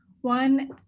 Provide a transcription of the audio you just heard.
One